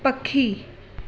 पखी